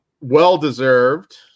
Well-deserved